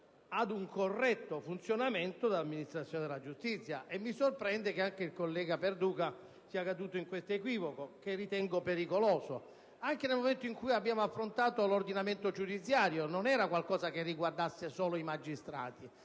ad un corretto funzionamento dell'amministrazione della giustizia. Mi sorprende che anche il collega Perduca sia caduto in questo equivoco, che ritengo pericoloso. Anche nel momento in cui abbiamo affrontato l'ordinamento giudiziario non era qualcosa che riguardasse solo i magistrati: